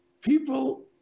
people